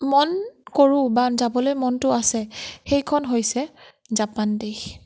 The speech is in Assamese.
মন কৰোঁ বা যাবলৈ মনটো আছে সেইখন হৈছে জাপান দেশ